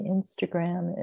Instagram